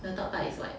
the top part is white